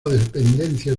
dependencias